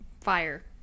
fire